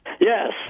Yes